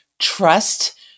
trust